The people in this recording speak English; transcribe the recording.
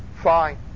fine